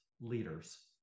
leaders